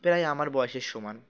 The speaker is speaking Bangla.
প্রায় আমার বয়সের সমান